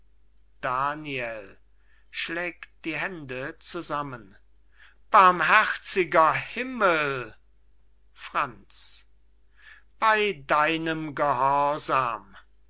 daniel schlägt die hände zusammen barmherziger himmel franz bey deinem gehorsam